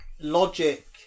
logic